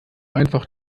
einfach